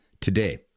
today